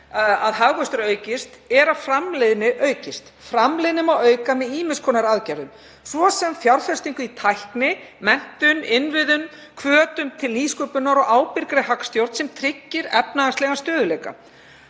að hagvöxtur aukist er að framleiðni aukist. Framleiðni má auka með ýmiss konar aðgerðum, svo sem fjárfestingu í tækni, menntun, innviðum, hvötum til nýsköpunar og ábyrgri hagstjórn sem tryggir efnahagslegan stöðugleika.